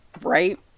Right